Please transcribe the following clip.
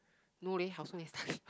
no leh How Soon is